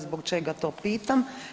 Zbog čega to pitam?